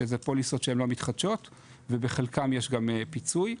שהן פוליסות שלא מתחדשות ובחלקן יש גם פיצוי.